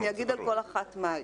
אני אגיד על כל אחת מה היא.